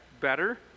better